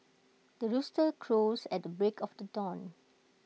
the rooster crows at the break of the dawn